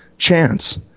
chance